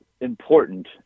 important